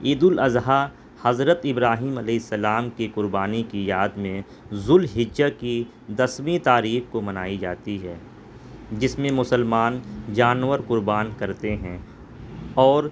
عید الاضحی حضرت ابراہیم علیہ السلام کی قربانی کی یاد میں ذو الحجہ کی دسویں تاریخ کو منائی جاتی ہے جس میں مسلمان جانور قربان کرتے ہیں اور